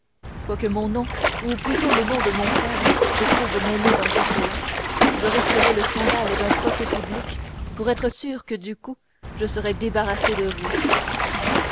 quoique mon nom ou plutôt le nom de mon frère se trouve mêlé dans tout cela je risquerai le scandale d'un procès public pour être sûr que du coup je serai débarrassé de vous